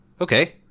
Okay